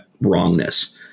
wrongness